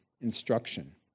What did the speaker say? instruction